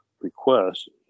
request